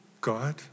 God